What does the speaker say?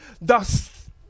thus